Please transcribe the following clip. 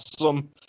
awesome